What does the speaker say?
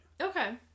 Okay